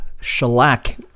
shellac